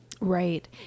Right